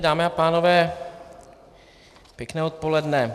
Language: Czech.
Dámy a pánové, pěkné odpoledne.